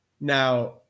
Now